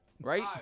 Right